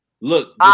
Look